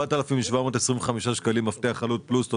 מדובר על מפתח עלות של 4,725 שקלים פלוס תוספות.